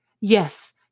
Yes